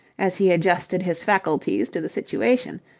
as he adjusted his faculties to the situation,